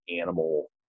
animal